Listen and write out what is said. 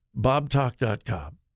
BobTalk.com